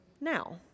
now